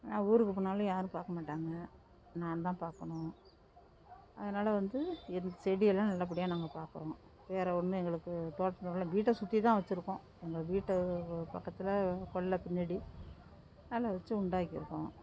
நான் ஊருக்கு போனாலும் யாரும் பார்க்கமாட்டாங்க நான்தான் பார்க்கணும் அதனால் வந்து இந்த செடியெல்லாம் நல்லபடியாக நாங்கள் பாக்கிறோம் வேறு ஒன்றும் எங்களுக்கு தோட்டம் இல்லை வீட்டை சுற்றி தான் வச்சுருக்கோம் எங்கள் வீட்டை பக்கத்தில் கொல்லை பின்னாடி அதில் வச்சு உண்டாக்கியிருக்கோம்